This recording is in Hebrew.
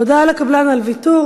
הודעה לקבלן על ויתור,